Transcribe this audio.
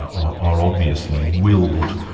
or or obviously willed,